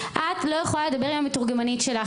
את לא יכולה לדבר עם המתורגמנית שלך.